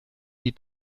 die